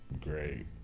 great